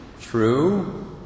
True